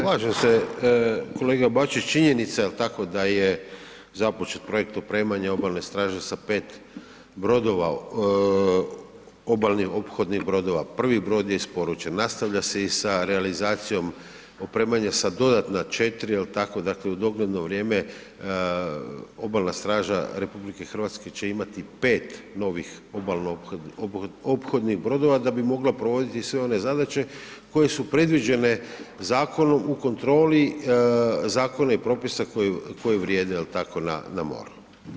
Slažem se kolega Bačić, činjenica jel tako da je započet projekt opremanja obalne straže sa 5 brodova, obalnih ophodnih brodova, prvi brod je isporučen, nastavlja se i sa realizacijom opremanje sa dodatna 4 jel tako, dakle u dogledno vrijeme obalna straža RH će imati 5 novih obalno ophodnih brodova da bi mogla provoditi sve one zadaće koje su predviđene zakonom u kontroli zakona i propisa koji vrijede jel tako na moru.